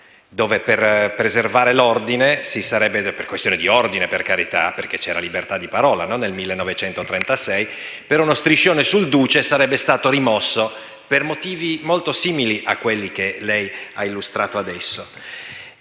per preservare l'ordine - per questione di ordine, per carità, perché nel 1936 c'era libertà di parola - uno striscione sul Duce sarebbe stato rimosso per motivi molto simili a quelli che lei ha illustrato adesso.